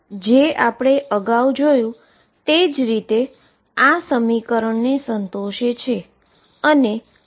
જે આપણે અગાઉ જોયુ તે જ રીતે આ સમીકરણને સંતોષે છે અને આ જ તેનો ઉપાય છે